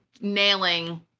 nailing